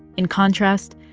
in contrast,